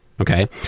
Okay